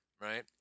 Right